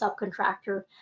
subcontractor